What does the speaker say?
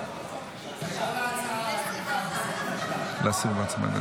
לאחרי סעיף 1, חברי קבוצת הימין